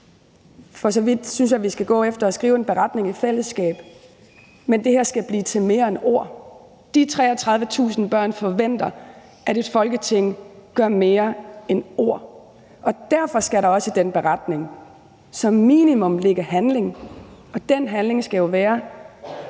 For så vidt synes jeg, at vi skal gå efter at skrive en beretning i fællesskab, men det her skal blive til mere end ord. De 33.000 børn forventer, at et Folketing gør mere end at komme med ord. Derfor skal der også i den beretning som minimum ligge handling, og den handling skal gerne være